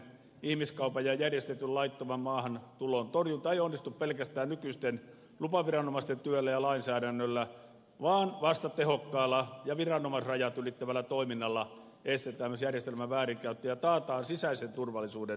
ihmiskaupan ja järjestetyn laittoman maahantulon torjunta ei onnistu pelkästään nykyisten lupaviranomaisten työllä ja lainsäädännöllä vaan vasta tehokkaalla ja viranomaisrajat ylittävällä toiminnalla estetään myös järjestelmän väärinkäyttö ja taataan sisäisen turvallisuuden ylläpito